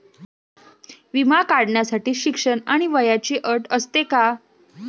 विमा काढण्यासाठी शिक्षण आणि वयाची अट असते का?